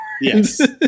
Yes